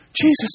Jesus